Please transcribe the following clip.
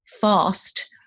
fast